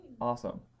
awesome